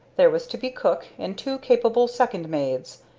there was to be cook, and two capable second maids.